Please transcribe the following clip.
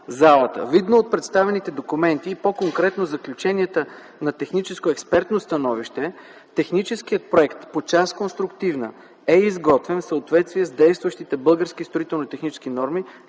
Видно от представените документи и по-конкретно заключенията на техническо експертно становище, техническият проект по част „Конструктивна” е изготвен в съответствие с действащите български строителни технически норми